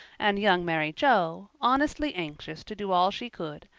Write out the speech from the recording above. and young mary joe, honestly anxious to do all she could,